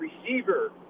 receiver